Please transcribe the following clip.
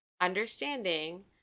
understanding